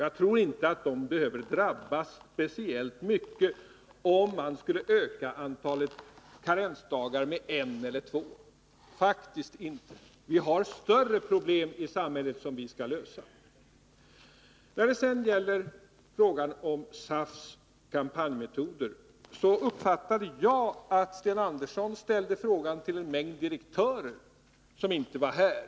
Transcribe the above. Jag tror inte att de behöver drabbas speciellt mycket om man skulle öka antalet karensdagar med en eller två — faktiskt inte. Vi har större problem i samhället som vi skall lösa. När det gäller frågan om SAF:s kampanjmetoder uppfattade jag att Sten Andersson ställde frågan till en mängd direktörer som inte var här.